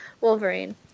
wolverine